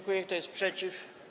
Kto jest przeciw?